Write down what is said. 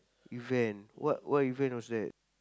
event what what event was that